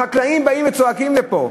החקלאים באים וצועקים פה,